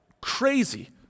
crazy